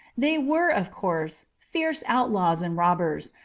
they were, of course, fierce outlaws and robbers,